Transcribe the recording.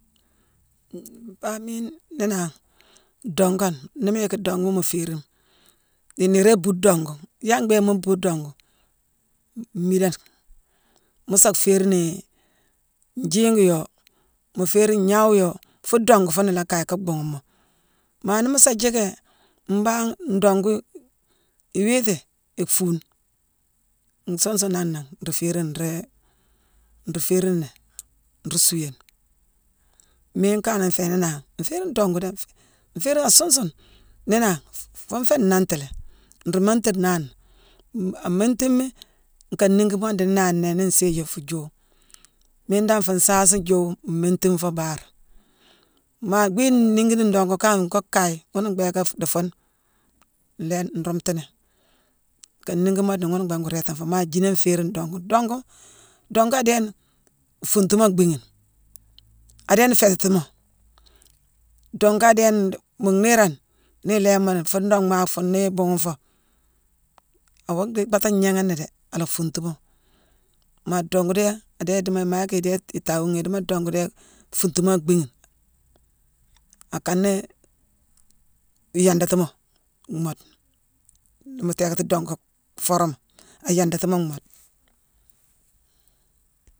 Mbangh miine néénangh, dongane, nii mu yick donguma mu féérine, dii niirane ibuu donguma. Yalla mbhiiké mu bhuu donguma? Miidangh mu sa féérinii njiigi yoo, mu féérine ngnawu yoo, fune dongu fuune la kaye ka bhuughumoo. Maa nii mu sa jiicki mbangh ndongu iwiiti ifuune nsuun sune nangh na ghi nruu féérine ni nruu suuéma. Miine kanghane nféé néénangh, nféérine dongu déé. Féérine asuun sune, néénangh fune féé nanghti léé. Nruu mantirnani. U-a-mantiimi nka nniigi moode dii néénangh nnéé nééne sédhiou fuu juuwu. Miine dan fuu saasi juuwu mmiinti foo baar. Maa bhii nniigini ndongu kangh ngoo kaye, ghuna mbééké dii fuune nléé-nruutu ni. Nka nnigi moodeni ghuuna mbiiké ngoo réétang foo. Maa guinée nféérine dongu. Dongu, dongu adééne fuuntumo ak bhiighine. Adééne féététimo. Dongu adééne déé mu niirane, nii iléémooni, fuune nonghmaag fuune nii ibuughune foo awoo dhii baata ngnééghééni déé. Ala fuuntu moo. Maa dongu déé, adéé diimo ma yick idéé itaawu ghi: idiimo dongu déé fuuntumoo ak bhiighine. Akanéé yandati moo moodena. Nii mu téékati dongu fooroma, ayandatii moo mhoodena.